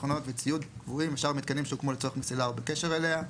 מכונות וציוד ושאר המתקנים שהוקמו לצורך מסילה או בקשר אליה.